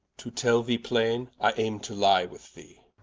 to tell thee plaine, i ayme to lye with thee